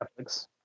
Netflix